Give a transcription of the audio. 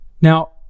Now